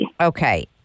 Okay